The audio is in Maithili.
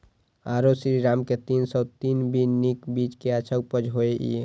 आरो श्रीराम के तीन सौ तीन भी नीक बीज ये अच्छा उपज होय इय?